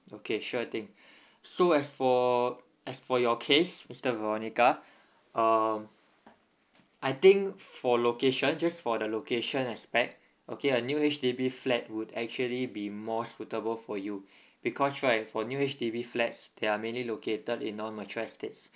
okay sure thing so as for as for your case mister veronica um I think for location just for the location aspect okay a new H_D_B flat would actually be more suitable for you because right for new H_D_B flats there are mainly located in non mature estates